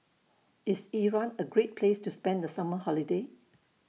IS Iran A Great Place to spend The Summer Holiday